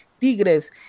Tigres